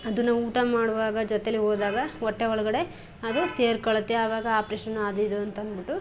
ಅದನ್ನು ಊಟ ಮಾಡುವಾಗ ಜೊತೇಲೆ ಹೋದಾಗ ಒಟ್ಟೆ ಒಳಗಡೆ ಅದು ಸೇರಿಕೊಳ್ಳುತ್ತೆ ಆವಾಗ ಆಪ್ರೇಷನು ಅದು ಇದು ಅಂತಂದ್ಬಿಟ್ಟು